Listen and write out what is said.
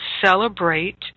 celebrate